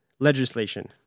legislation